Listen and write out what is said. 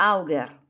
Auger